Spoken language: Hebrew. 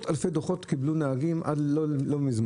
מטפלים ואתם יכולים לחלק לבד 140 אלף תיקים ל-43